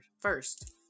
first